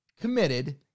committed